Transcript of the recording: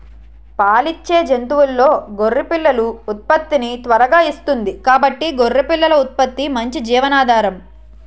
పాలిచ్చే జంతువుల్లో గొర్రె పిల్లలు ఉత్పత్తిని త్వరగా ఇస్తుంది కాబట్టి గొర్రె పిల్లల ఉత్పత్తి మంచి జీవనాధారం